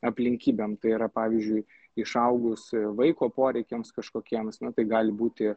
aplinkybėm tai yra pavyzdžiui išaugus vaiko poreikiams kažkokiems na tai gali būti